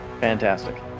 Fantastic